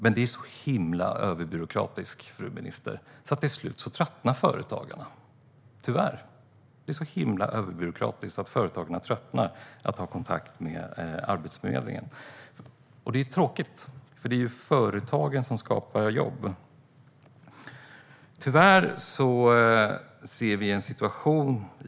Men det är så himla överbyråkratiskt, fru minister, så till slut tröttnar företagarna, tyvärr, på att ha kontakt med Arbetsförmedlingen. Det är tråkigt, för det är ju företagen som skapar jobb.